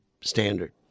standard